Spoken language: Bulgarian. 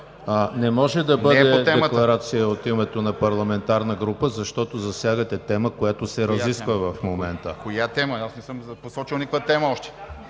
Не може да бъде декларация от името на парламентарна група, защото засягате тема, която се разисква в момента. ВЕСЕЛИН МАРЕШКИ: Коя тема? Аз още не съм посочил никаква тема.